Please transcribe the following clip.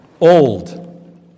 old